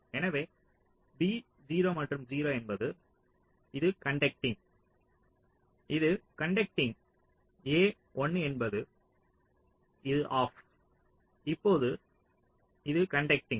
எனவே B 0 மற்றும் 0 என்பது இது கண்டட்டிங் இது கண்டட்டிங் A 1 என்பது இது ஆப் இப்போது இது கண்டட்டிங்